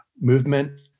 movement